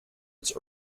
its